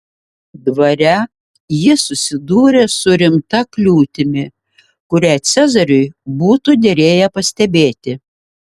dvare ji susidūrė su rimta kliūtimi kurią cezariui būtų derėję pastebėti